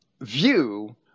view